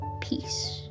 Peace